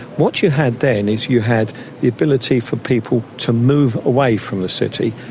what you had then is you had the ability for people to move away from the city.